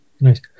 Nice